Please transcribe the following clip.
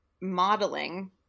modeling